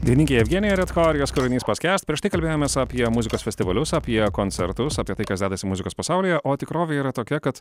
dainininkė evgenija redko ir jos kūrinys paskęst prieš tai kalbėjomės apie muzikos festivalius apie koncertus apie tai kas dedasi muzikos pasaulyje o tikrovė yra tokia kad